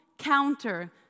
counter